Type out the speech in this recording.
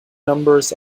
numbers